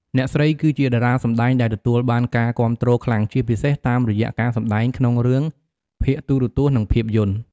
អ្នកស្រីគឺជាតារាសម្តែងដែលទទួលបានការគាំទ្រខ្លាំង ជាពិសេសតាមរយៈការសម្តែងក្នុងរឿងភាគទូរទស្សន៍ និងភាពយន្ត។